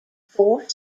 fourth